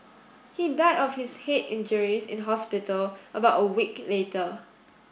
he died of his head injuries in hospital about a week later